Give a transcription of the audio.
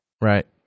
Right